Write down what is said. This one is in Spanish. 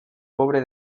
pobre